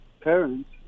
parents